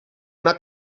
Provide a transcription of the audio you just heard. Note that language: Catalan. una